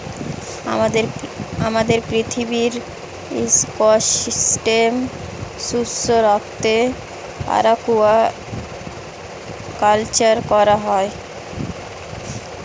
আমাদের পৃথিবীর ইকোসিস্টেম সুস্থ রাখতে অ্য়াকুয়াকালচার করা হয়